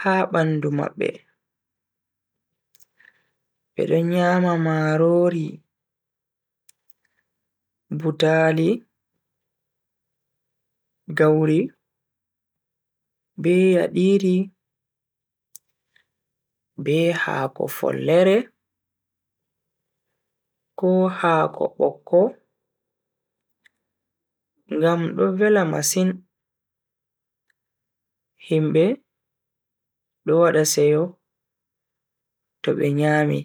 ha bandu mabbe. Bedo nyama marori, butaali, gauri be yadiri be haako follore ko hako bokko ngam do vela masin himbe do wada seyo to be nyami.